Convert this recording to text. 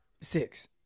six